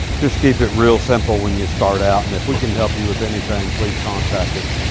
just keep it real simple when you start out and if we can help you with anything, please contact us.